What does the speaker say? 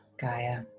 Gaia